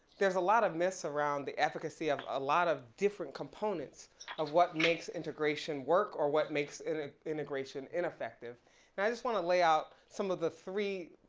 there's a lot of mess around the efficacy of a lot of different components of what makes integration work or what makes ah integration ineffective and i just wanna lay out some of the three,